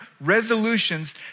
resolutions